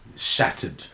shattered